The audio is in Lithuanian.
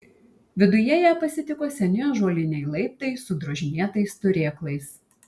viduje ją pasitiko seni ąžuoliniai laiptai su drožinėtais turėklais